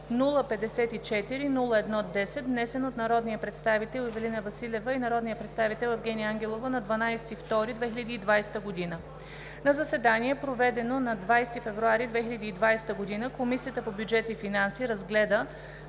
054-01-10, внесен от народния представител Ивелина Василева и народния представител Евгения Ангелова на 12 февруари 2020 г. На заседание, проведено на 20 февруари 2020 г., Комисията по бюджет и финанси разгледа